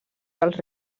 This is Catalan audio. dels